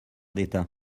d’état